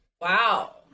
Wow